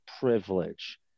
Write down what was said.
privilege